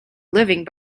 living